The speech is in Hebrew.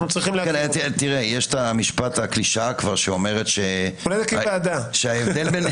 יש הקלישאה שאומרת שההבדל בין